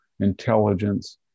intelligence